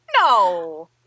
No